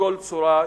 בכל צורה שהיא.